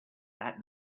that